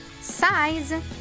size